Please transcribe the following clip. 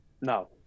No